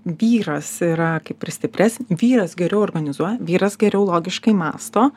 vyras yra kaip ir stipres vyras geriau organizuoja vyras geriau logiškai mąsto